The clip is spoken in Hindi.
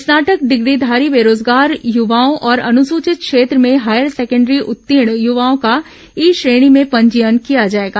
स्नातक डिग्रीघारी बेरोजगार युवाओं और अनुसचित क्षेत्र में हायर सेकेंडरी उत्तीर्ण युवाओं का ई श्रेणी में पंजीयन किया जाएगा